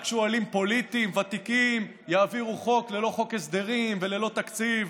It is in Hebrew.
רק שועלים פוליטיים ותיקים יעבירו חוק ללא חוק הסדרים וללא תקציב.